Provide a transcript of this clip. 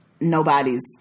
nobody's